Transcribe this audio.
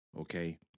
okay